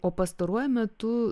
o pastaruoju metu